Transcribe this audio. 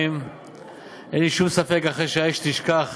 אין לי ספק שאחרי שהאש תשכך